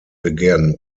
began